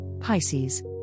Pisces